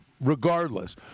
regardless